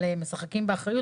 על "משחקים באחריות".